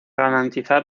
garantizar